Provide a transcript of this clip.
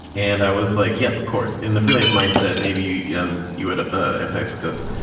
and i was like, yes, of course, in the freelance mindset, maybe you yeah um you would ah empathize with this.